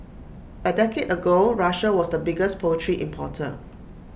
A decade ago Russia was the biggest poultry importer